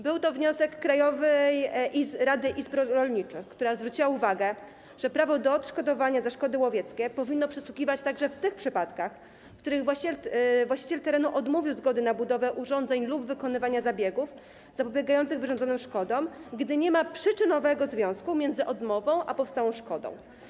Był to wniosek Krajowej Rady Izb Rolniczych, która zwróciła uwagę, że prawo do odszkodowania za szkody łowieckie powinno przysługiwać także w tych przypadkach, w których właściciel terenu odmówił zgody na budowę urządzeń lub wykonywanie zabiegów zapobiegających wyrządzonym szkodom, gdy nie ma przyczynowego związku między odmową a powstałą szkodą.